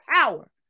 power